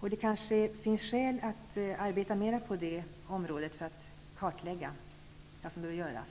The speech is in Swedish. Det finns kanske skäl att arbeta mer med dessa frågor och kartlägga vad som behöver göras.